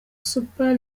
super